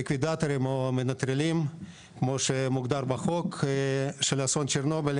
ליקווידטורים או המנטרלים כמו שמוגדר בחוק של אסון צ'רנוביל,